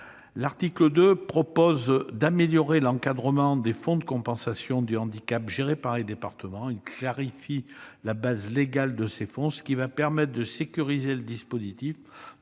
L'article 2 améliore l'encadrement des fonds de compensation du handicap gérés par les départements. Il clarifie la base légale de ces fonds, ce qui va permettre de sécuriser le dispositif,